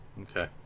Okay